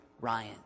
Ryan